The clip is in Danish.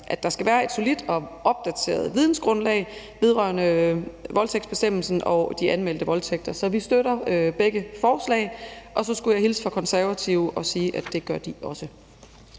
at der skal være et solidt og opdateret vidensgrundlag vedrørende voldtægtsbestemmelsen og de anmeldte voldtægter, så vi støtter begge forslag, og så skulle jeg hilse fra Konservative sige, at det gør de også.